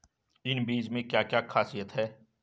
इन बीज में क्या क्या ख़ासियत है?